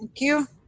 you.